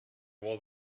was